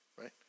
right